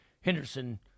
Henderson